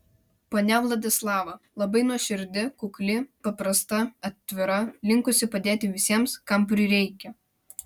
ponia vladislava labai nuoširdi kukli paprasta atvira linkusi padėti visiems kam prireikia